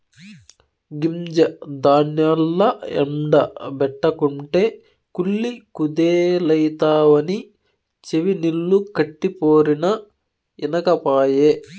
గింజ ధాన్యాల్ల ఎండ బెట్టకుంటే కుళ్ళి కుదేలైతవని చెవినిల్లు కట్టిపోరినా ఇనకపాయె